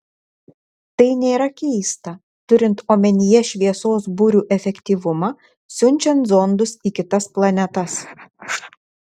tai nėra keista turint omenyje šviesos burių efektyvumą siunčiant zondus į kitas planetas